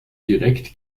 direkt